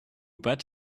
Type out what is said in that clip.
bet